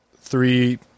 Three